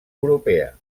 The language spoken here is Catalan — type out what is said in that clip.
europea